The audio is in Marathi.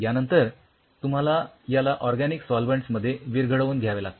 यानंतर तुम्हाला याला ऑरगॅनिक सॉल्व्हन्टस मध्ये विरघडवून घ्यावे लागते